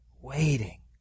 waiting